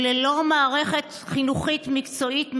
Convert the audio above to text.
וללא מערכת חינוכית מקצועית,